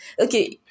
okay